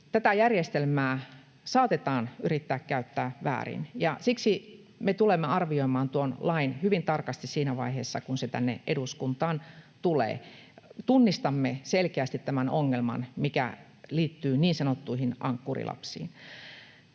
tätä järjestelmää saatetaan yrittää käyttää väärin, ja siksi me tulemme arvioimaan tuon lain hyvin tarkasti siinä vaiheessa, kun se tänne eduskuntaan tulee. Tunnistamme selkeästi tämän ongelman, mikä liittyy niin sanottuihin ankkurilapsiin,